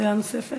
שאלה נוספת.